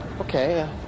Okay